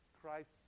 Christ